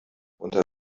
unter